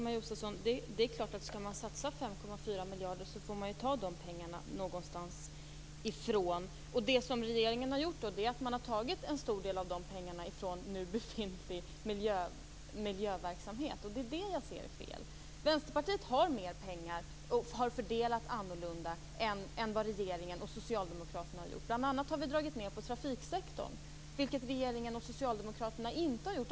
Fru talman! Skall man satsa 5,4 miljarder kronor får man lov att ta pengarna någonstans, Ingemar Josefsson. Regeringen har tagit en stor del av pengarna från nu befintlig miljöverksamhet. Det är fel. Vänsterpartiet har mer pengar och har fördelat annorlunda än vad regeringen och socialdemokraterna har gjort. Bl.a. har vi dragit ned på trafiksektorn, vilket regeringen och socialdemokraterna inte har gjort.